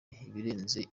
ibirenze